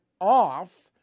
off